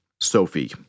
Sophie